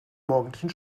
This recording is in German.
morgendlichen